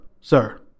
sir